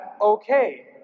okay